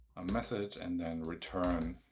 method, and then return.